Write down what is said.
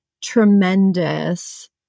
tremendous